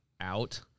out